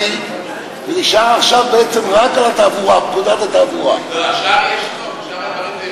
אני מציין לפרוטוקול כי גם חבר הכנסת נחמן שי תמך בהצעת החוק.